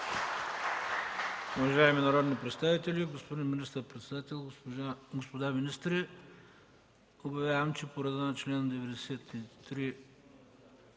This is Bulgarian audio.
Уважаеми народни представители, господин министър-председател, господа министри! Обявявам, че по реда на чл.